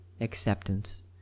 acceptance